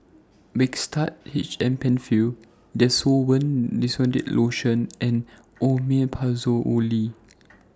Mixtard H M PenFill Desowen Desonide Lotion and Omeprazole